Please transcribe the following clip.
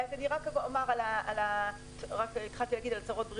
זה באמת אחד התחומים שנשארו לסוף בבנייה של השגרה הזהירה שלנו.